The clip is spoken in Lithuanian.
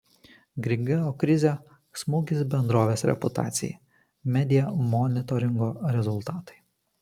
grigeo krizė smūgis bendrovės reputacijai media monitoringo rezultatai